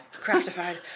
craftified